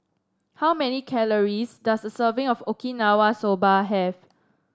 how many calories does a serving of Okinawa Soba have